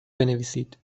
بنویسید